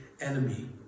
enemy